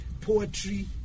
poetry